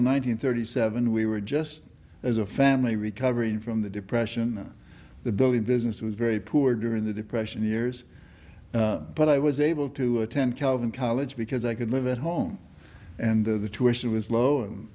hundred thirty seven we were just as a family recovering from the depression and the building business was very poor during the depression years but i was able to attend calvin college because i could live at home and the tuition was low and